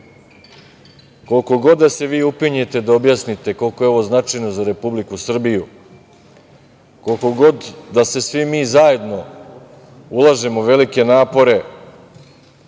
koliko god da se vi upinjete da objasnite koliko je ovo značajno za Republiku Srbiju, koliko god svi mi zajedno ulažemo velike napore